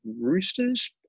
Roosters